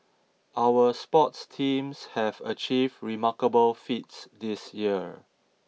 our sports teams have achieved remarkable feats this year